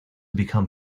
become